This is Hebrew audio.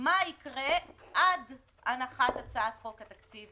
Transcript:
מה יקרה עד הנחת הצעת חוק התקציב,